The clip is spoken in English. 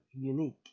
unique